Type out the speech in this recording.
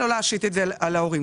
לא להשתית את זה על ההורים.